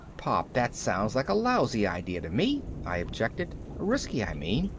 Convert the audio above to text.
pop, that sounds like a lousy idea to me, i objected. risky, i mean.